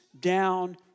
down